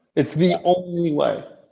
it's the only way.